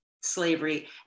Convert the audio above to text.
slavery